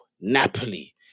Napoli